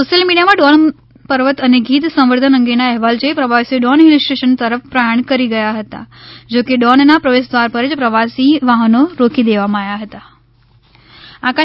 social મીડિયામાં ડોન પર્વત અને ગીધ સંવર્ધન અંગેના અહેવાલ જોઈ પ્રવાસીઓ ડોન હિલસ્ટેશન તરફ પ્રયાણ કરી ગયા હતા જોકે ડોનના પ્રવેશદ્વાર પર જ પ્રવાસી વાહનો રોકી દેવામાં આવ્યાં હતાં